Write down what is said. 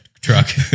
truck